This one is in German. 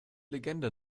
legende